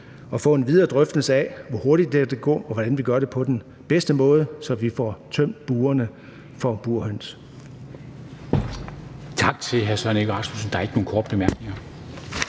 at få en videre drøftelse af, hvor hurtigt det her går, og hvordan vi gør det på den bedste måde, så vi får tømt burene for burhøns.